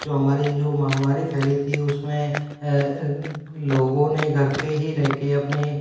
जो हमारी जो महामारी फैली थी उस में लोगों ने घर पर ही रह कर अपने